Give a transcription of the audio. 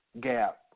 gap